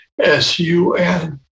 S-U-N